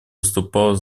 выступал